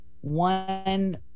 one